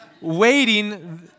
waiting